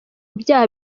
byaha